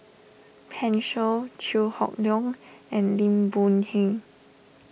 Pan Shou Chew Hock Leong and Lim Boon Heng